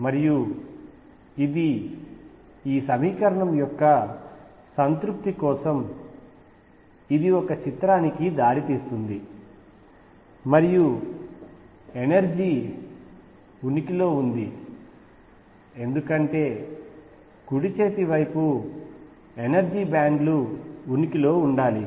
మరియు ఇది ఈ సమీకరణం యొక్క సంతృప్తి కోసం ఇది ఒక చిత్రానికి దారితీస్తుంది మరియు ఎనర్జీ ఉనికిలో ఉంది ఎందుకంటే కుడి చేతి వైపు ఎనర్జీ బ్యాండ్లు ఉనికిలో ఉండాలి